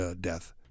death